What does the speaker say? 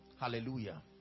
Hallelujah